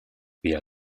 via